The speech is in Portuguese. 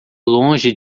longe